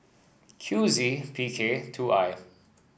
Q Z P K two I